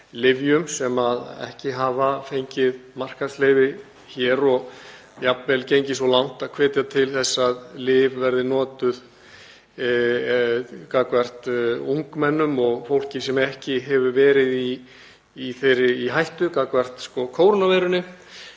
sem ekki hafa fengið markaðsleyfi hér og jafnvel gengið svo langt að hvetja til þess að lyf verði notuð gagnvart ungmennum og fólki sem ekki hefur verið í hættu gagnvart